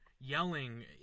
yelling